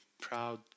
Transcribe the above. proud